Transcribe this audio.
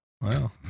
Wow